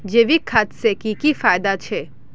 जैविक खाद से की की फायदा छे?